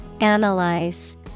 Analyze